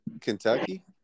Kentucky